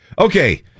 Okay